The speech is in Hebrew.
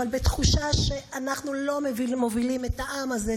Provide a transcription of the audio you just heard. אבל בתחושה שאנו לא מובילים את העם הזה,